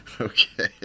Okay